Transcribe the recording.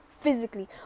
physically